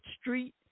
street